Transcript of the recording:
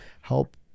help